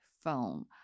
phone